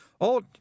Oh